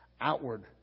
outward